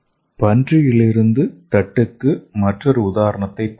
பன்றியிலிருந்து தட்டுக்கு மற்றொரு உதாரணத்தைப் பார்ப்போம்